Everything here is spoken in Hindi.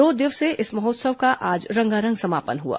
दो दिवसीय इस महोत्सव का आज रंगारंग समापन हुआ